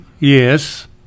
Yes